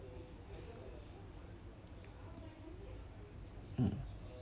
mm